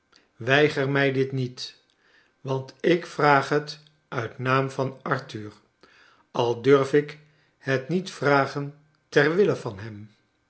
weiger mij dit niet want ik vraag het uit naam van arthur al durf ik het niet vragen ter wille van hem